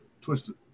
Twisted